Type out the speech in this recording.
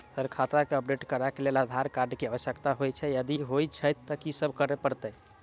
Sir खाता केँ update करऽ लेल आधार कार्ड केँ आवश्यकता होइ छैय यदि होइ छैथ की सब करैपरतैय?